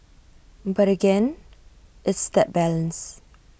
but again it's that balance